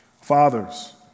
Fathers